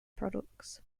products